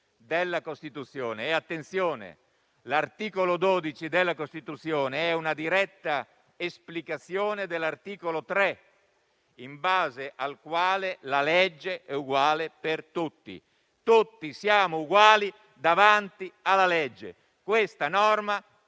della Costituzione. Attenzione, l'articolo 12 della Costituzione è una diretta esplicazione dell'articolo 3, in base al quale la legge è uguale per tutti; tutti siamo uguali davanti alla legge. Ebbene, questa norma